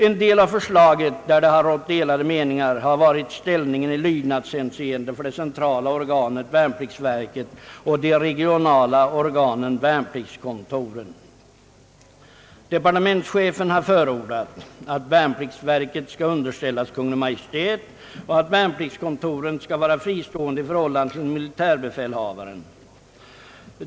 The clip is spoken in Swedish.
En del av förslaget som det rått delade meningar om har gällt ställningen i lydnadshänseende för det centrala organet värnpliktsverket och de regionala organen värnpliktskontoren. Departementschefen har förordat att värnpliktsverket = skall underställas Kungl. Maj:t och att värnpliktskontoren skall vara fristående i förhållande till militärbefälhavaren.